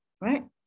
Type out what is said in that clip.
right